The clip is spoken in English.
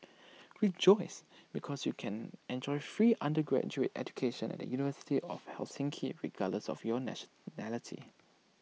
rejoice because you can enjoy free undergraduate education at the university of Helsinki regardless of your nationality